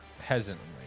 hesitantly